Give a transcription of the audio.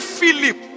Philip